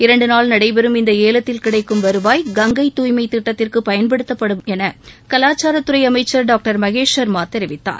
இரண்டு நாள் நடைபெறும் இந்த ஏலத்தில் கிடைக்கும் வருவாய் கங்கை தூய்மை திட்டத்திற்குப் பயன்படுத்தப்படும் என கலாச்சாரத்துறை அமைச்சர் டாக்டர் மகேஷ் சள்மா தெரிவித்தார்